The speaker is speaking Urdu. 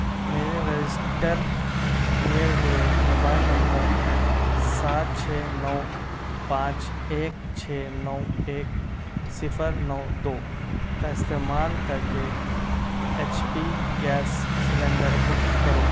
میرے رجسٹر کیے ہوئے موبائل نمبر سات چھ نو پانچ ایک چھ نو ایک صفر نو دو کا استعمال کرکے H P gas cylinder book کرو